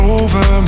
over